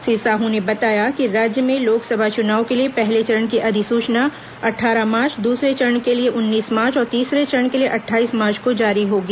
श्री साह ने बताया कि राज्य में लोकसभा चुनाव के लिए पहले चरण की अधिसूचना अट्ठारह मार्च दूसरे चरण के लिए उन्नीस मार्च और तीसरे चरण के लिए अट्ठाईस मार्च को जारी होगी